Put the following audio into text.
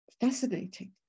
Fascinating